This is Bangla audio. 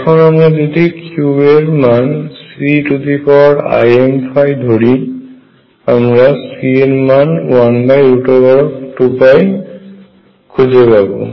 এখন আমরা যদি Q এর মান Ceimϕ ধরি আমরা C এর মান 12 খুঁজে পাবো